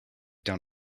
down